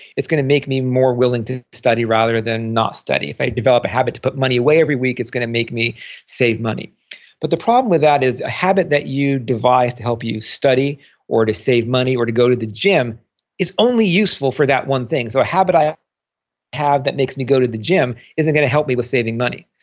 it's going to make me more willing to study rather than not study. if i develop a habit to put money away every week, it's going to make me save money but the problem with that is a habit that you devise to help you study or to save money or to go to the gym is only useful for that one thing, so a habit i have that makes me go to the gym isn't going to help me with saving money.